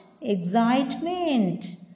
Excitement